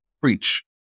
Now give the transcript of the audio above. preach